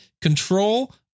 Control